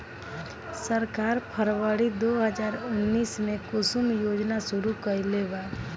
सरकार फ़रवरी दो हज़ार उन्नीस में कुसुम योजना शुरू कईलेबा